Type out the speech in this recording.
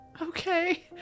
Okay